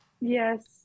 Yes